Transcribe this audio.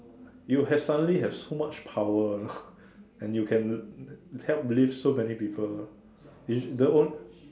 you have suddenly have so much power you know and you can help lift so many people is the only